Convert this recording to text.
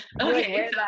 okay